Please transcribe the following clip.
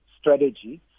strategy